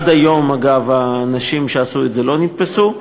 עד היום, אגב, האנשים שעשו את זה לא נתפסו.